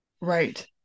Right